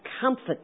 comfort